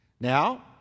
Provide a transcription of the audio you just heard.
Now